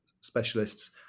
specialists